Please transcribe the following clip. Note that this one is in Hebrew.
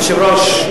היושב-ראש,